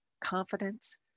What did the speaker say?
confidence